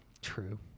True